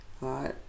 right